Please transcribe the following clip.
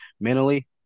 mentally